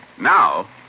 Now